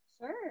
Sure